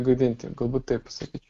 gadinti galbūt taip pasakyčiau